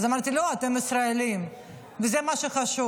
אז אמרתי: לא, אתם ישראלים, וזה מה שחשוב.